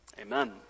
Amen